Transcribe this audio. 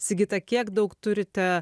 sigita kiek daug turite